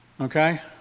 okay